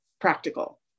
practical